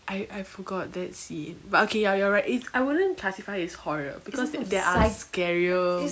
I I forgot that scene but ookay ya you're right it's I wouldn't classify it as horror because there are scarier